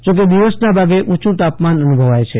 જો કે દિવસના ભાગે ઉંયુ તાપમાન અનુભવાય છે